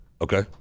Okay